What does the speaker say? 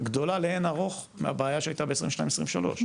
גדולה לאין ערוך מהבעיה שהייתה בשנים 2022-2023,